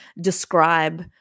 describe